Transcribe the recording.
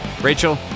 Rachel